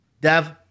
Dev